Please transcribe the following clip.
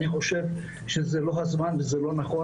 אני חושב שזה לא הזמן וזה לא נכון